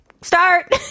start